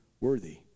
worthy